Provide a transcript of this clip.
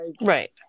Right